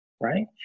right